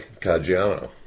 Caggiano